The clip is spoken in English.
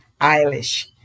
Eilish